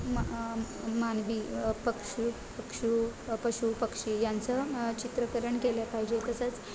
मा मानवी पक्षी पक्षी पशु पक्षी यांचं चित्रकरण केलं पाहिजे तसंच